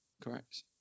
correct